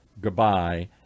goodbye